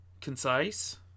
concise